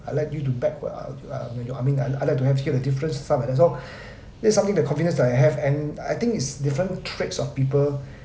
I like you to beg I mean I like I like to hear the different sound and that's all that is something the confidence that I have and I think its different traits of people